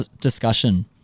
discussion